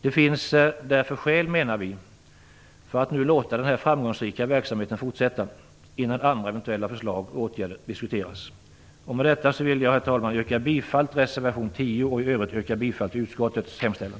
Det finns därför skäl, menar vi, för att låta denna framgångsrika verksamhet fortsätta innan andra eventuella förslag och åtgärder diskuteras. Med detta vill jag, herr talman, yrka bifall till reservation 10 och i övrigt till utskottets hemställan.